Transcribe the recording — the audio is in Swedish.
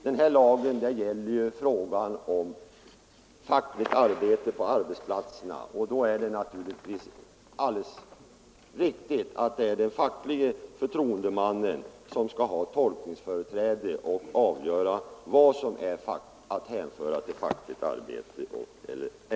Då är det naturligt — jag instämmer i vad fru statsrådet Leijon sade — att den fackliga förtroendemannen har tolkningsföreträde när det gäller att avgöra vad som är att hänföra till fackligt arbete.